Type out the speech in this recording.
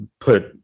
put